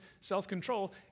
self-control